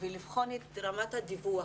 ולבחון את רמת הדיווח: